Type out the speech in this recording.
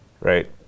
right